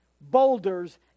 boulders